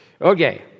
Okay